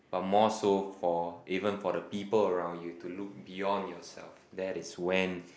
but more so for even for the people around you to look beyond yourself that is when